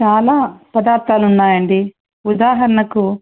చాలా పదార్థాలు ఉన్నాయండి ఉదాహరణకు